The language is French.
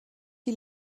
qui